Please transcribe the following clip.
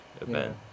event